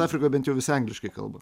afrikoj bet jau visi angliškai kalba